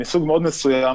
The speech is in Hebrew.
מסוג מאוד מסוים.